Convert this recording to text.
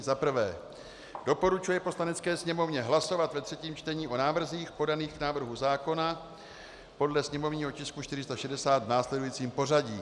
I. doporučuje Poslanecké sněmovně hlasovat ve třetím čtení o návrzích podaných k návrhu zákona podle sněmovního tisku 460 v následujícím pořadí.